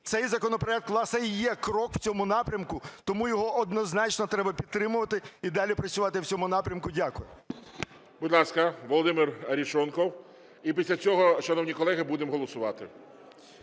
Цей законопроект, власне, і є крок у цьому напрямку, тому його однозначно треба підтримувати і далі працювати в цьому напрямку. Дякую. ГОЛОВУЮЧИЙ. Будь ласка, Володимир Арешонков і після цього, шановні колеги, будемо голосувати.